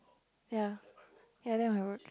yeah yeah that might work